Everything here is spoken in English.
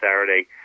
Saturday